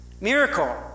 miracle